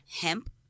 hemp